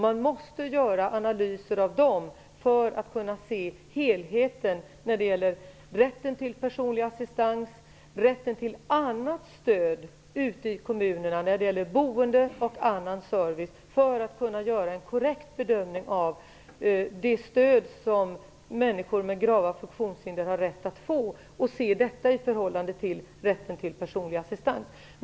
Man måste göra analyser av dem för att kunna se helheten när det gäller rätten till personlig assistans och rätten till annat stöd ute i kommunerna när det gäller boende och annan service för att kunna göra en korrekt bedömning av det stöd som människor med grava funktionshinder har rätt att få. Man måste se detta i förhållande till rätten till personlig assistans.